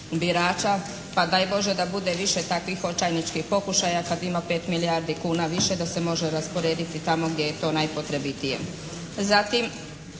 birača pa daj Bože da bude više takvih očajničkih pokušaja. Sad ima 5 milijardi više da se može rasporediti tamo gdje je to najpotrebitije.